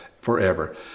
forever